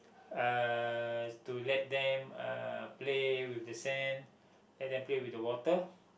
uh to let them uh play with the sand and then play with the water